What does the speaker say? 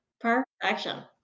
Perfection